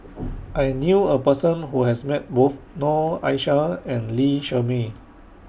I knew A Person Who has Met Both Noor Aishah and Lee Shermay